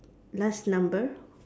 last number